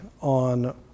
on